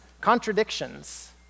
contradictions